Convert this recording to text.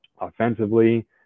offensively